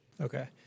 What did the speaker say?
Okay